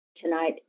tonight